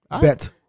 Bet